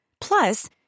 Plus